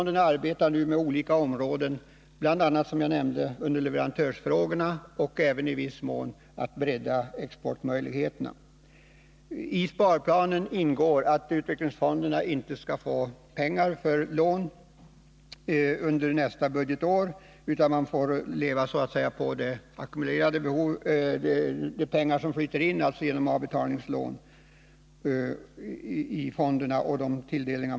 De arbetar nu med olika områden, bl.a. — som jag nämnde — med underleverantörsfrågorna och även i viss mån med att bredda exportmöjligheterna. Enligt sparplanen skall utvecklingsfonderna under nästa budgetår inte få nya pengar för lån, utan man får leva så att säga på de pengar som flyter in — alltså genom avbetalningslån i fonderna och tidigare tilldelningar.